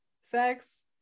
sex